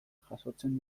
jasotzen